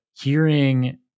hearing